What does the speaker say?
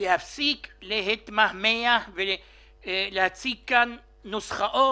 להפסיק להתמהמה ולהציג כאן נוסחאות,